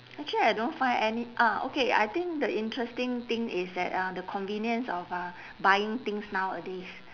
actually I don't find any ah okay I think the interesting thing is that uh the convenience of uh buying things nowadays